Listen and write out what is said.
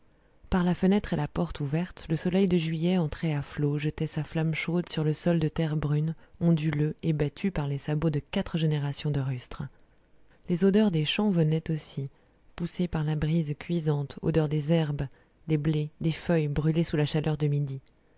par la fenêtre et la porte ouvertes le soleil de juillet entrait à flots jetait sa flamme chaude sur le sol de terre brune onduleux et battu par les sabots de quatre générations de rustres les odeurs des champs venaient aussi poussées par la brise cuisante odeurs des herbes des blés des feuilles brûlés sous la chaleur de midi